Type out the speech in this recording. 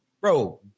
bro